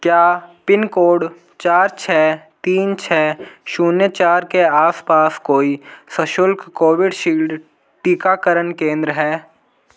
क्या पिनकोड चार छः तीन छः शून्य चार के आसपास कोई सशुल्क कोविडशील्ड टीकाकरण केंद्र है